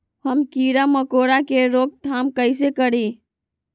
हम किरा मकोरा के रोक थाम कईसे करी?